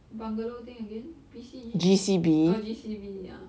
bungalow thing again B C G oh G_C_B ya